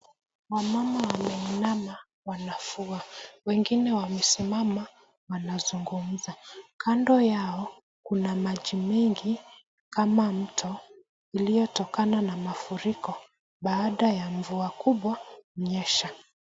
Wamama wameinama, wanafua. Wengine wamesimama, wanazungumza. Kando yao, kuna maji mengi, kama mto, iliyetokana na mafuriko, baada ya mvua kubwa kunyesha.